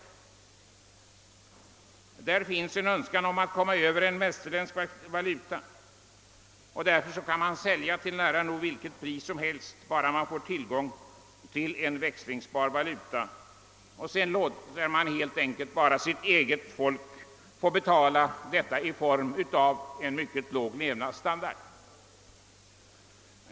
På det hållet finns en önskan att komma Över västerländsk, växlingsbar valuta, och bara man får tillgång till en sådan kan man sälja till nära nog vilket pris som helst. Sedan låter man helt enkelt sitt eget folk betala detta i form av en mycket låg levnadsstandard.